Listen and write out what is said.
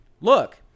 look